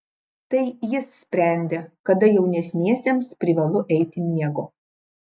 tai jis sprendė kada jaunesniesiems privalu eiti miego